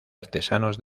artesanos